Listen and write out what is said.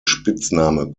spitzname